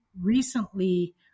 recently